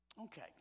Okay